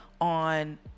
on